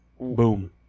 boom